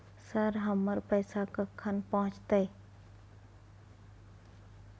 Sir, हमर पैसा कखन पहुंचतै?